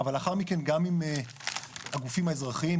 אבל לאחר מכן גם עם הגופים האזרחיים,